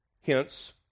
Hence